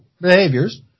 behaviors